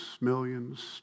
millions